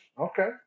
Okay